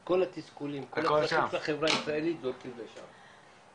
את כל התסכולים שיש בחברה הישראלית זורקים לשם.